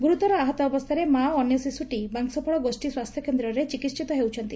ଗୁରୁତର ଆହତ ଅବସ୍ଚାରେ ମା' ଓ ଅନ୍ୟଶିଶୁଟି ବାଂଶପାଳ ଗୋଷୀ ସ୍ୱାସ୍ଥ୍ୟକେନ୍ଦ୍ରରେ ଚିକିିିତ ହେଉଛନ୍ତି